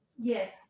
Yes